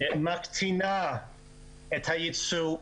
מקטינה את הייצוא,